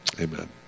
Amen